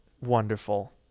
wonderful